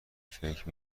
فکر